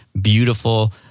beautiful